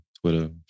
Twitter